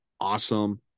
awesome